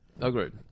Agreed